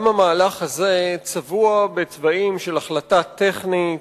גם המהלך הזה צבוע בצבעים של החלטה טכנית,